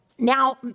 Now